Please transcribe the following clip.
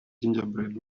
gingerbread